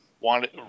wanted